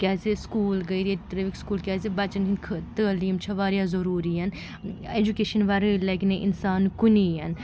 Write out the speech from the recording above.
کیٛازکہِ سکوٗل گٔے ییٚتہِ ترٛٲوِکھ سکوٗل کیٛازکہِ بَچَن ہِنٛدۍ تٲلیٖم چھےٚ واریاہ ضٔروٗری اٮ۪جُکیشَن وَرٲے لَگہِ نہٕ اِنسان کُنی